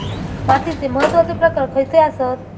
मातीचे महत्वाचे प्रकार खयचे आसत?